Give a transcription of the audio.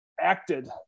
acted